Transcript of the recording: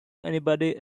anybody